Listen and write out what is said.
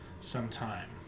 sometime